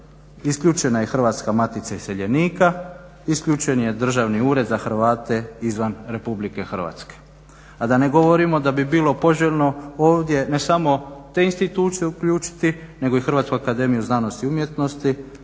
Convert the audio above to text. isključena je Hrvatska matica iseljenika, isključen je Državni ured za Hrvate izvan Republike Hrvatske. A da ne govorimo da bi bilo poželjno ovdje, ne samo te institucije uključiti nego i Hrvatsku akademiju znanosti i umjetnosti,